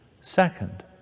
Second